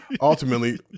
ultimately